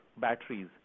batteries